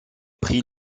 pris